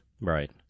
Right